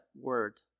word